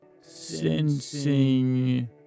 sensing